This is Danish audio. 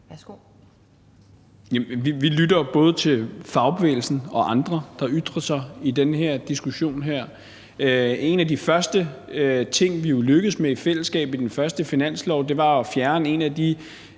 Vi lytter både til fagbevægelsen og andre, der ytrer sig i den her diskussion. En af de første ting, vi jo lykkedes med i fællesskab i den første finanslov, var at fjerne en af de